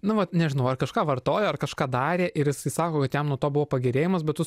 nu vat nežinau ar kažką vartojo ar kažką darė ir jisai sako kad jam nuo to buvo pagerėjimas bet tu